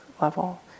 level